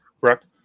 Correct